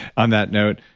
on that note,